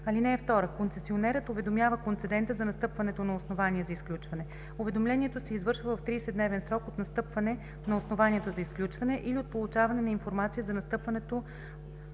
такива. (2) Концесионерът уведомява концедента за настъпването на основание за изключване. Уведомлението се извършва в 30-дневен срок от настъпване на основанието за изключване или от получаване на информация за настъпването